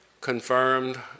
confirmed